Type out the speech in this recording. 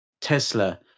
Tesla